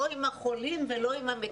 לא עם החולים ולא עם המתים.